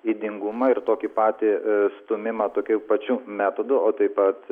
ydingumą ir tokį patį stūmimą tokiu pačiu metodu o taip pat